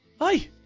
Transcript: Hi